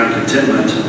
contentment